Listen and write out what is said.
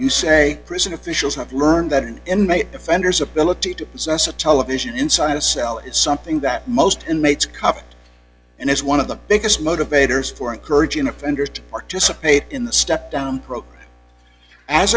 you say prison officials have learned that an inmate offenders ability to possess a television inside a cell is something that most inmates covet and is one of the biggest motivators for encouraging offenders to participate in the step down